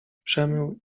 przemył